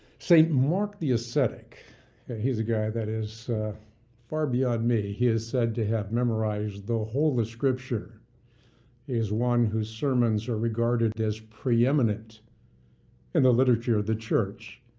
st. mark the ascetic he's a guy that is far beyond me he is said to have memorized the whole the scripture is one whose sermons are regarded as preeminent in the literature of the church.